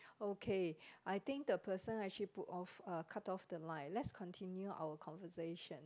okay I think the person actually put off uh cut off the line let's continue our conversation